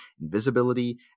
invisibility